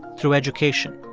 through education,